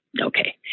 Okay